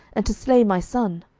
and to slay my son?